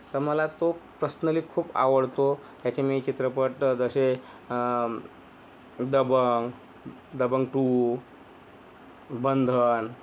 तर मला तो प्रसनली खूप आवडतो त्याचे मी चित्रपट जसे दबंग दबंग टू बंधन